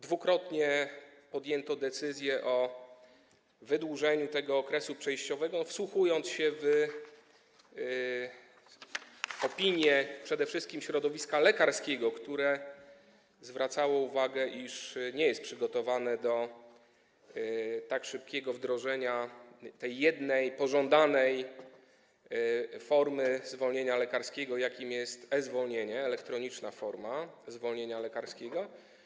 Dwukrotnie podjęto decyzję o wydłużeniu okresu przejściowego, po uwzględnieniu opinii przede wszystkim środowiska lekarskiego, które zwracało uwagę, iż nie jest przygotowane do tak szybkiego wdrożenia tej jednej pożądanej formy zwolnienia lekarskiego, jakim jest e-zwolnienie, elektroniczna forma zwolnienia lekarskiego.